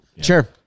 Sure